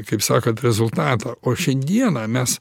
kaip sakant rezultatą o šiandieną mes